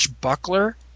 Buckler